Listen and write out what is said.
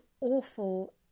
awful